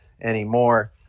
anymore